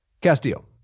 Castillo